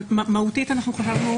מהותית חשבנו